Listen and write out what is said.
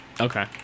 Okay